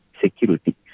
security